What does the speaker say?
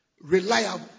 reliable